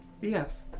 Yes